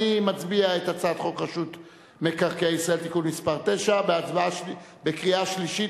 נצביע על הצעת חוק רשות מקרקעי ישראל (תיקון מס' 9) בקריאה שלישית.